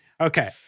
Okay